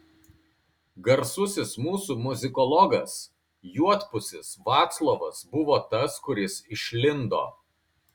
garsusis mūsų muzikologas juodpusis vaclovas buvo tas kuris išlindo